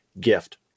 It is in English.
gift